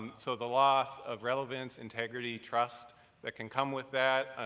so the loss of relevance, integrity, trust that can come with that,